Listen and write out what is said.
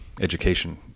education